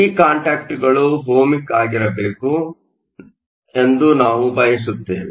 ಈ ಕಾಂಟ್ಯಾಕ್ಟ್ಗಳು ಓಹ್ಮಿಕ್ ಆಗಿರಬೇಕೆಂದು ನಾವು ಬಯಸುತ್ತೇವೆ